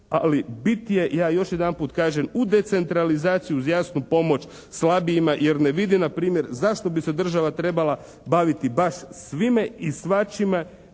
ali bit je ja još jedanput kažem u decentralizaciji uz jasnu pomoć slabijima jer ne vidim na primjer zašto bi se država trebala baviti baš svime i svačime,